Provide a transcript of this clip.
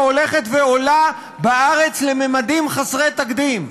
שהולכת ועולה בארץ לממדים חסרי תקדים.